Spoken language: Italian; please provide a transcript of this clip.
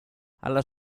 alla